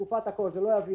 וזה גם יאפשר